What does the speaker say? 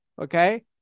Okay